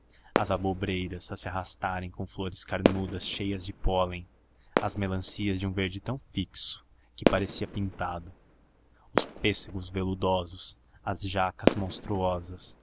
as abobreiras a se arrastarem com flores carnudas cheias de pólen as melancias de um verde tão fixo que parecia pintado os pêssegos veludosos as jacas monstruosas